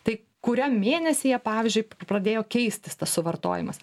tai kuriam mėnesyje pavyzdžiui pradėjo keistis tas suvartojimas